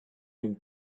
him